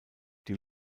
die